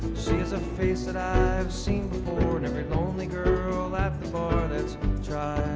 she's a face that i have seen before and every lonely girl at the bar that's